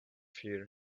here